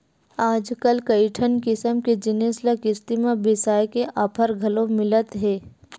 आजकल कइठन किसम के जिनिस ल किस्ती म बिसाए के ऑफर घलो मिलत हे